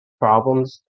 problems